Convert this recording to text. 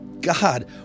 God